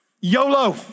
YOLO